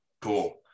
Cool